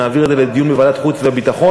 שנעביר את זה לדיון בוועדת חוץ וביטחון.